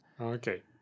Okay